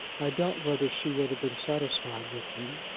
i doubt whether she would have been satisfied with him.